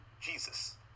Jesus